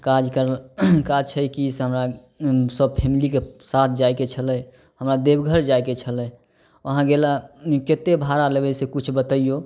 काज करल काज छै कि से हमरा सभ फैमिलीके साथ जाइके छलै हमरा देवघर जाइके छलै वहाँ गेला कतेक भाड़ा लेबै से किछु बतैऔ